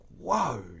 whoa